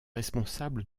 responsable